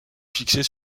fixées